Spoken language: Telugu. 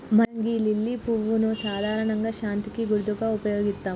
మనం గీ లిల్లీ పువ్వును సాధారణంగా శాంతికి గుర్తుగా ఉపయోగిత్తం